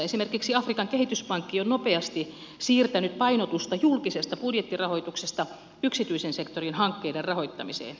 esimerkiksi afrikan kehityspankki on nopeasti siirtänyt painotusta julkisesta budjettirahoituksesta yksityisen sektorin hankkeiden rahoittamiseen